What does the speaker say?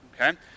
okay